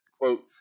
quote